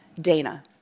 Dana